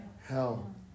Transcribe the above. hell